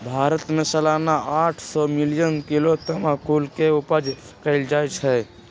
भारत में सलाना आठ सौ मिलियन किलो तमाकुल के उपजा कएल जाइ छै